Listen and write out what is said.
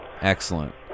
Excellent